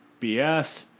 BS